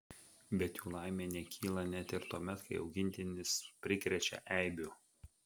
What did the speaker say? bet jų laimė nekyla net ir tuomet kai augintinis prikrečia eibių